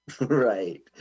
Right